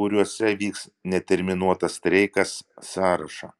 kuriose vyks neterminuotas streikas sąrašą